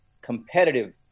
competitive